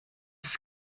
ist